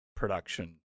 Production